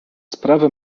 sprawy